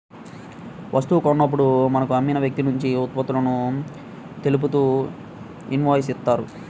వస్తువు కొన్నప్పుడు మనకు అమ్మిన వ్యక్తినుంచి ఉత్పత్తులను తెలుపుతూ ఇన్వాయిస్ ఇత్తారు